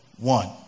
One